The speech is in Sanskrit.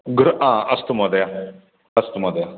गुड अस्तु महोदय अस्तु महोदय